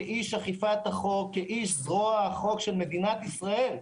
כאיש זרוע החוק של מדינת ישראל.